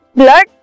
blood